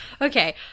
Okay